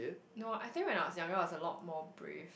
no I think when I was younger I was a lot more brave